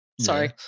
Sorry